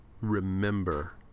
remember